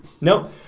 Nope